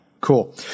Cool